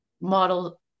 model